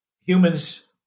humans